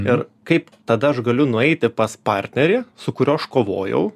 ir kaip tada aš galiu nueiti pas partnerį su kuriuo aš kovojau